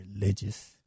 religious